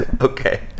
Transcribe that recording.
Okay